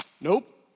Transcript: nope